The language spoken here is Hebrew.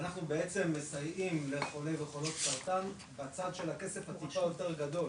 אנחנו בעצם מסייעים לחולות וחולי סרטן בצד של הכסף הטיפה יותר גדול,